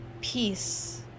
peace